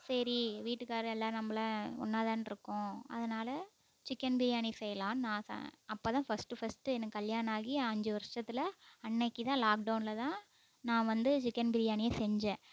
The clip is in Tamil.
சரி வீட்டுக்காரரு எல்லோரும் நம்மள ஒன்றா தான்இருக்கோம் அதனால சிக்கன் பிரியாணி செய்யலானு நான் ச அப்போ தான் ஃபஸ்ட்டு ஃபஸ்ட்டு எனக்கு கல்யாணம் ஆகி அஞ்சு வருஷத்தில் அன்றைக்கி தான் லாக்டவுனில் தான் நான் வந்து சிக்கன் பிரியாணியே செஞ்சேன்